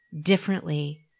differently